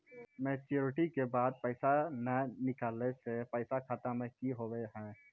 Maturity के बाद पैसा नए निकले से पैसा खाता मे की होव हाय?